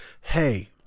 hey